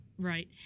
Right